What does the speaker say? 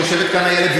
ויושבת כאן איילת,